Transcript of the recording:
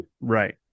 right